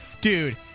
Dude